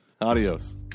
Adios